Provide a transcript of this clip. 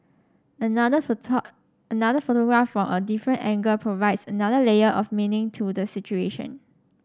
another another photograph from a different angle provides another layer of meaning to the situation